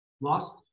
Lost